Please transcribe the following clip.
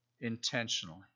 intentionally